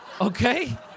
Okay